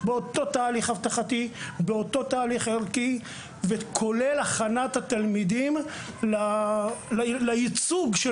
באותו תהליך אבטחתי ובאותו תהליך ערכי כולל הכנת התלמידים לייצוג של